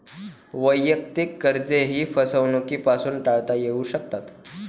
वैयक्तिक कर्जेही फसवणुकीपासून टाळता येऊ शकतात